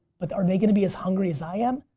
but are they gonna be as hungry as i am?